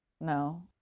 No